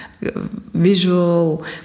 visual